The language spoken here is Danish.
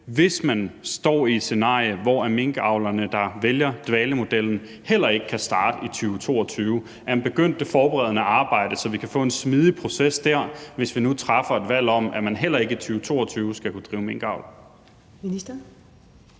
hvis man står i et scenarie, hvor minkavlerne, der vælger dvalemodellen, heller ikke kan starte i 2022. Er man begyndt det forberedende arbejde, så vi kan få en smidig proces der, hvis vi nu træffer et valg om, at man heller ikke i 2022 skal kunne drive minkavl? Kl.